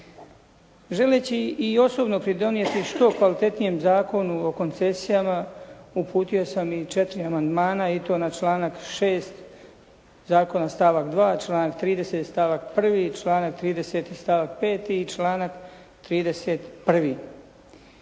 Želeći i osobno pridonijeti što kvalitetnijem Zakonu o koncesijama uputio sam i četiri amandmana, i to na članak 6. zakona, stavak 2., članak 30. stavak 1., članak 30. stavak 5. i članak 31.